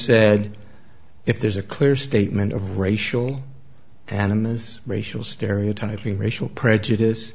said if there's a clear statement of racial animus racial stereotyping racial prejudice